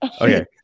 Okay